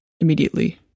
immediately